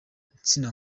nsina